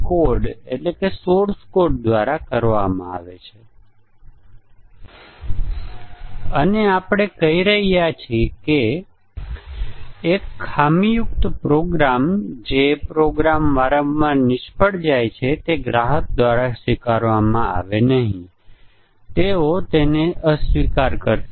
competent programmer hypothesis જેમ આપણે કહ્યું હતું કે પ્રોગ્રામ્સ સુધારવા માટે બંધ છે અને તે કેટલીક સરળ ભૂલો દ્વારા સાચા પ્રોગ્રામથી અલગ છે